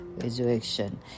resurrection